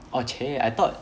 oh !chey! I thought